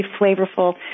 flavorful